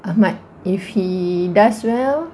I might if he does well